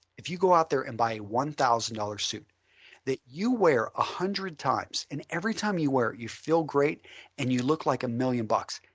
if you go out there and buy a one thousand dollars suit that you wear a hundred times and every time you wear you feel great and you look like a million bucks,